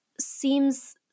seems